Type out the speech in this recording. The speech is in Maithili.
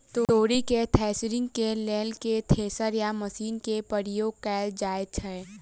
तोरी केँ थ्रेसरिंग केँ लेल केँ थ्रेसर या मशीन केँ प्रयोग कैल जाएँ छैय?